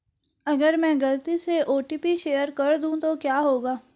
अगर मैं गलती से ओ.टी.पी शेयर कर दूं तो क्या होगा?